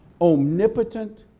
omnipotent